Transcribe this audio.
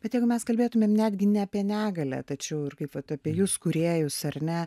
bet jeigu mes kalbėtumėm netgi ne apie negalią tačiau ir kaip vat apie jus kūrėjus ar ne